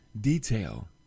detail